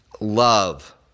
love